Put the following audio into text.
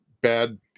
bad